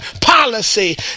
policy